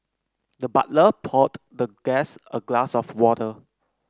the butler poured the guest a glass of water